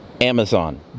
Amazon